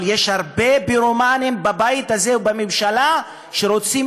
אבל יש הרבה פירומנים בבית הזה ובממשלה שרוצים